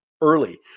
early